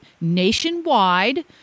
nationwide